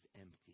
empty